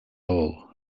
lowell